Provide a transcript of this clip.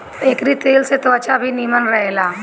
एकरी तेल से त्वचा भी निमन रहेला